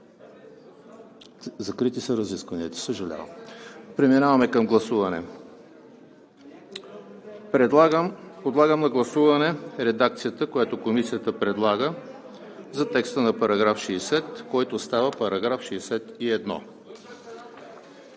Закрити са разискванията, съжалявам. Преминаваме към гласуване. Подлагам на гласуване редакцията, която Комисията предлага за текста на § 60, който става § 61;